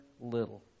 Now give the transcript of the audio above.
little